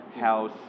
house